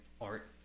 art